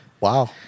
Wow